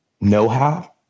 know-how